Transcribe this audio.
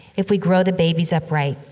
if we grow the babies up right,